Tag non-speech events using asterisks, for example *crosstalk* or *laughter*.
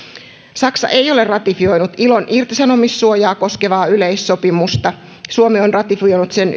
saksa ei ole ratifioinut ilon irtisanomissuojaa koskevaa yleissopimusta suomi on ratifioinut sen *unintelligible*